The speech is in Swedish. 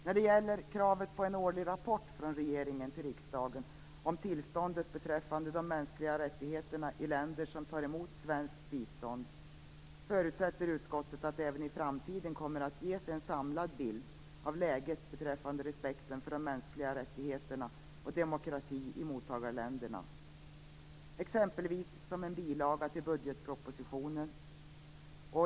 När det gäller kravet på en årlig rapport från regeringen till riksdagen om tillståndet beträffande de mänskliga rättigheterna i länder som tar emot svenskt bistånd, förutsätter utskottet att det även i framtiden kommer att ges en samlad bild av läget beträffande respekten för de mänskliga rättigheterna och demokrati i mottagarländerna, exempelvis som en bilaga till budgetpropositionen.